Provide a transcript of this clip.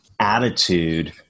attitude